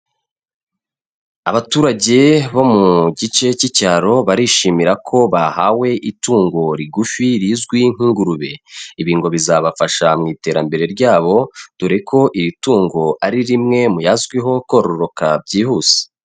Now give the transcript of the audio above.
Abaturage bo mu gice cy'icyaro barishimira ko bahawe itungo rigufi rizwi nk'ingurube, ibi ngo bizabafasha mu iterambere ryabo, dore ko iri tungo ari rimwe muyazwiho kororoka byihuse.